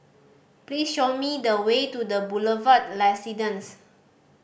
please show me the way to The Boulevard Residence